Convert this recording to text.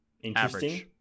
interesting